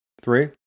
Three